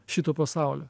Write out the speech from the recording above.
šito pasaulio